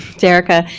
derecka,